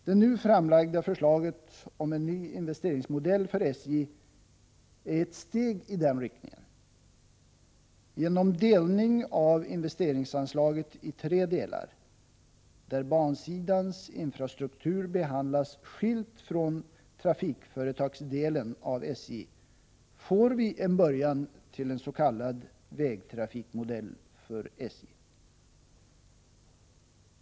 Det nu framlagda förslaget om en ny investeringsmodell för SJ är ett steg i den riktningen. Genom delning av investeringsanslaget i tre delar, där bansidans infrastruktur behandlas skilt från trafikföretagsdelen av SJ, får vi en början till en s.k. vägtrafikmodell för SJ.